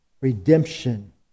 Redemption